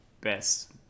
best